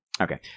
Okay